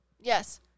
Yes